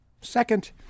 Second